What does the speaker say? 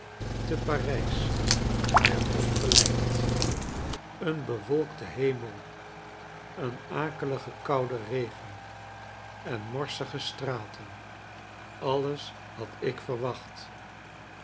te parijs er op gelijkt een bewolkte hemel een akelige koude re gen en morsige straten alles had ik verwacht